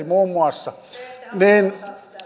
muun muassa valtiovarainministeri